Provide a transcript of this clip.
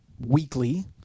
weekly